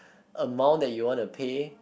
amount that you want to pay